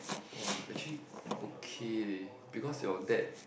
!wah! actually okay leh because your dad